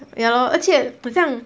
ya lor 而且很像